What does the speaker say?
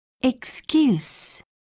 Excuse